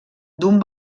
d’un